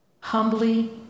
Humbly